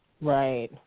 Right